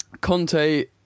Conte